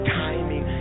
timing